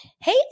hey